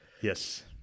Yes